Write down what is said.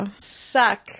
suck